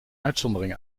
uitzondering